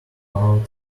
about